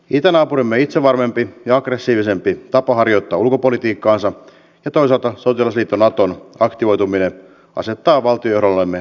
itänaapurimme itsevarmempi ja aggressiivisempi tapa harjoittaa ulkopolitiikkaansa ja toisaalta sotilasliitto naton aktivoituminen asettaa valtionjohdollemme kovan haasteen